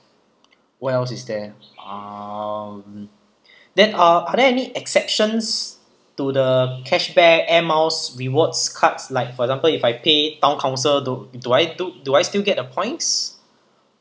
what else is there um then uh are there any exceptions to the cashback air miles rewards cards like for example if I pay town council do do I do do I still get the points